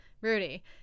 Rudy